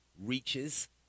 reaches